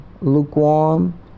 lukewarm